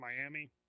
Miami